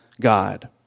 God